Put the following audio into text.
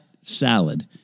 salad